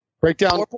Breakdown